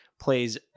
plays